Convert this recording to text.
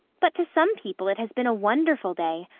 but to some people it has been a wonderful day.